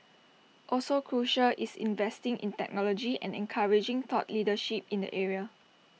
also crucial is investing in technology and encouraging thought leadership in the area